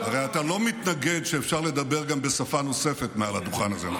הרי אתה לא מתנגד שאפשר לדבר גם בשפה נוספת מעל הדוכן הזה,